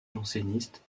jansénistes